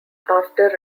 after